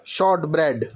short bread